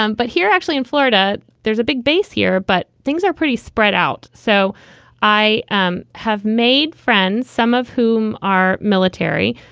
um but here actually in florida, there's a big base here, but things are pretty spread out. so i um have made friends, some of whom are military,